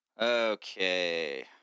Okay